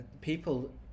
people